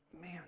man